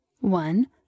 one